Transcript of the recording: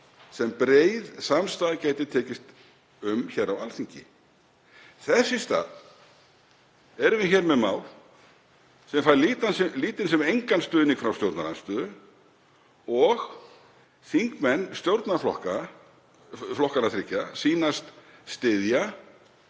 sem breið samstaða gæti tekist um á Alþingi. Þess í stað erum við hér með mál sem fær lítinn sem engan stuðning frá stjórnarandstöðu og þingmenn stjórnarflokkanna þriggja sýnast styðja